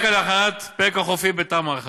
רקע להכנת פרק החופים בתמ"א 1,